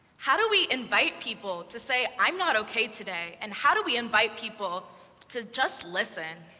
how do we invite people to say, i'm not ok today? and how do we invite people to just listen?